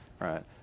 right